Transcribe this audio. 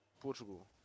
Portugal